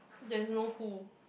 there is no who